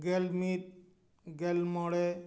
ᱜᱮᱞ ᱢᱤᱫ ᱜᱮᱞ ᱢᱚᱬᱮ